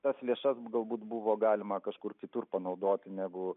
tas lėšas galbūt buvo galima kažkur kitur panaudoti negu